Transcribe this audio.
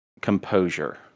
composure